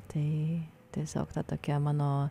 tai tiesiog ta tokia mano